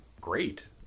great